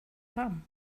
ham